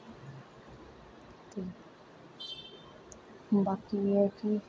बाकी एह् ऐ कि